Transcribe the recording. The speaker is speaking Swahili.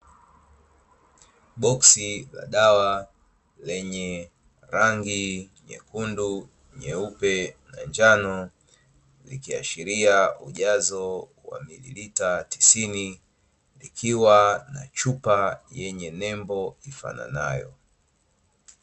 Boksi la dawa lenye rangi nyekundu, nyeupe na njano; likiashiria ujazo wa mililita tisini. Likiwa na chupa yenye nembo ifananayo.